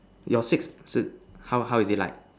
your six how how is it like